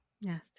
Yes